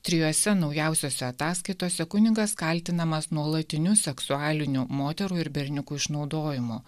trijose naujausiose ataskaitose kunigas kaltinamas nuolatiniu seksualiniu moterų ir berniukų išnaudojimu